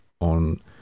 on